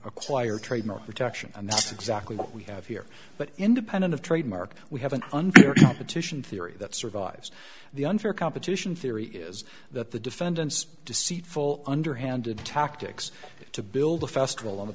acquire trademark protection and that's exactly what we have here but independent of trademark we have an unclear petition theory that survives the unfair competition theory is that the defendants deceitful underhanded tactics to build a festival on the